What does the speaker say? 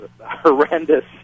horrendous